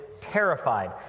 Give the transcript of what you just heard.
terrified